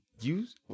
Use